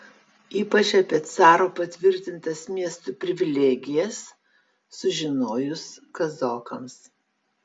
ypač apie caro patvirtintas miestui privilegijas sužinojus kazokams